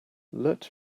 let